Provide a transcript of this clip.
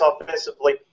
offensively